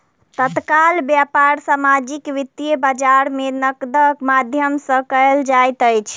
तत्काल व्यापार सामाजिक वित्तीय बजार में नकदक माध्यम सॅ कयल जाइत अछि